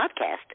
podcast